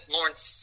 Lawrence